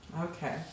Okay